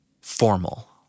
Formal